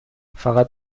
فقط